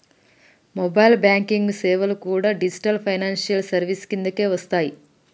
mobile banking సేవలు కూడా digital financial services కిందకే వస్తయ్యి